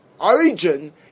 origin